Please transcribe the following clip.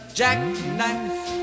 jackknife